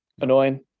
annoying